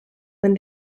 when